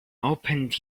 opened